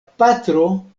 patro